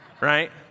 Right